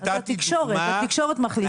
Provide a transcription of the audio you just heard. אז התקשורת מחליטה.